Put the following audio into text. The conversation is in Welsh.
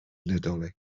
nadolig